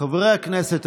חברי הכנסת,